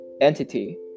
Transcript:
entity